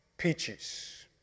peaches